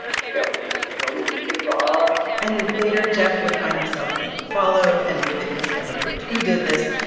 be careful, yeah you know, where your kids are and later, jeff would find himself being followed. and it was never proved who did this,